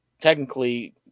technically